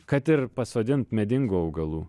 kad ir pasodint medingų augalų